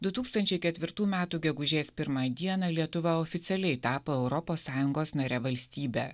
du tūkstančiai ketvirtų metų gegužės pirmą dieną lietuva oficialiai tapo europos sąjungos nare valstybe